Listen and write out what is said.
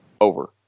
over